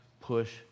push